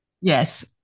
Yes